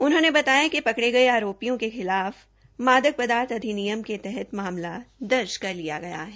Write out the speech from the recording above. उन्होंने बताया कि पकड़े गये आरोपियों के खिलाफ मादक अधिनियम के तहत मामला दर्ज किया गया है